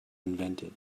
invented